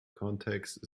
context